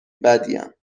بدیم